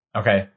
Okay